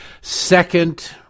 Second